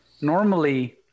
normally